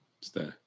Stay